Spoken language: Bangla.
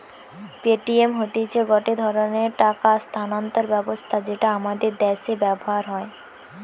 পেটিএম হতিছে গটে ধরণের টাকা স্থানান্তর ব্যবস্থা যেটা আমাদের দ্যাশে ব্যবহার হয়